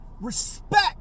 Respect